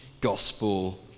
gospel